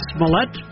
Smollett